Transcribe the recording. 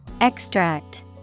Extract